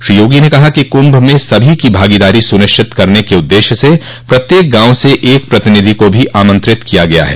श्री योगी ने कहा कि कुंभ में सभी की भागीदारी सुनिश्चित करने के उद्देश्य से प्रत्येक गांव से एक प्रतिनिधि को भी आमंत्रित किया गया है